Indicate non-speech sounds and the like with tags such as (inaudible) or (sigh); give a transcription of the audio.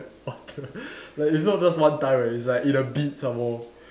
(laughs) like it's not like one time leh it's like in a beat some more